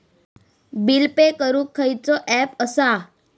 Bill pay करूक खैचो app असा?